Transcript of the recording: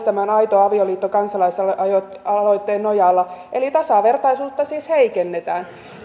tämän aito avioliitto kansalaisaloitteen nojalla eli tasavertaisuutta siis heikennetään